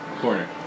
corner